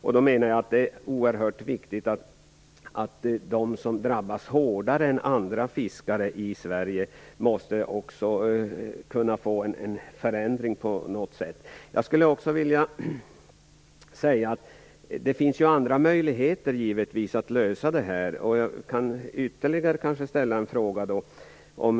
Jag menar att det är oerhört viktigt att de som drabbas hårdare än andra fiskare i Sverige kan få en förändring på något sätt. Det finns ju givetvis andra möjligheter att lösa detta. Jag kan kanske ställa ytterligare en fråga.